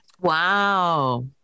Wow